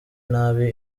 nabi